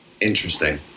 Interesting